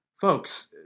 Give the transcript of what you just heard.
folks